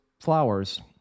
flowers